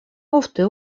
ofte